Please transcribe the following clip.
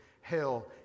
hell